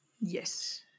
Yes